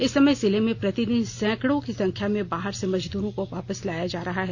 इस समय जिले में प्रतिदिन सैकड़ों की संख्या में बाहर से मजदूरों को वापस लाया जा रहा है